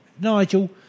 Nigel